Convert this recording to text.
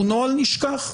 הוא נוהל נשכח.